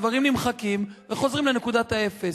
הדברים נמחקים וחוזרים לנקודת האפס.